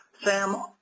Sam